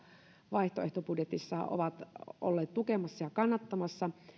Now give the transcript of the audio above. vaihtoehtobudjetissaan ovat olleet tukemassa ja kannattamassa